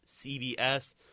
CBS